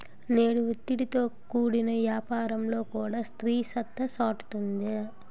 నేడు ఒత్తిడితో కూడిన యాపారంలో కూడా స్త్రీ సత్తా సాటుతుంది